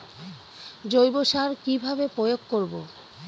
জৈব সার কি ভাবে প্রয়োগ করব?